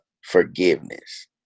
forgiveness